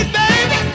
baby